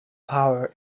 power